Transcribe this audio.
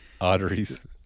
arteries